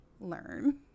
learn